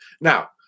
Now